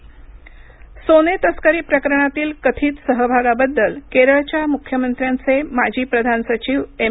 Kerala custody सोने तस्करी प्रकरणातील कथित सहभागाबद्दल केरळच्या मुख्यमंत्र्याचे माजी प्रधान सचिव एम